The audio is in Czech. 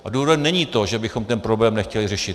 A důvodem není to, že bychom ten problém nechtěli řešit.